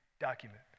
document